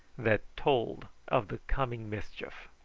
that told of the coming mischief.